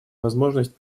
возможность